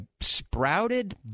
sprouted